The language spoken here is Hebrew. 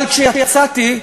אבל כשיצאתי,